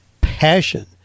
passion